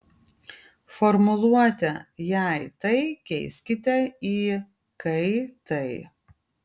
formuluotę jei tai keiskite į kai tai